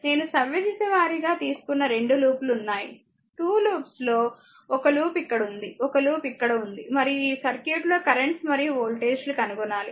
నేను సవ్యదిశ వారీగా తీసుకున్న 2 లూప్స్ ఉన్నాయి 2 లూప్స్ లో ఒక లూప్ ఇక్కడ ఉంది ఒక లూప్ ఇక్కడ ఉంది మరియు ఈ సర్క్యూట్లో కరెంట్స్ మరియు వోల్టేజీలు కనుగొనాలి